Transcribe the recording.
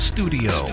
Studio